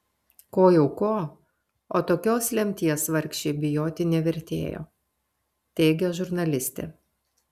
ko jau ko o tokios lemties vargšei bijoti nevertėjo teigia žurnalistė